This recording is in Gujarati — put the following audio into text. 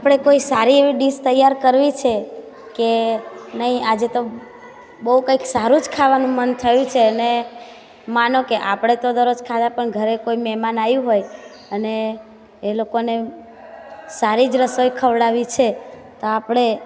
આપણે કોઈ સારી એવી ડિશ તૈયાર કરવી છે કે નહીં આજે તો બહુ કંઈક સારું જ ખાવાનું મન થયું છે અને માનો કે આપણે તો દરરોજ ખાવા પણ ઘરે કોઈ મહેમાન આવ્યું હોય અને એ લોકોને સારી જ રસોઈ ખવડાવવી છે તો આપણે